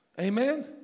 Amen